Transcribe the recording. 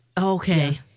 Okay